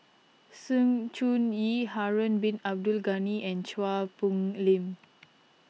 Sng Choon Yee Harun Bin Abdul Ghani and Chua Phung Lim